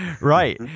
Right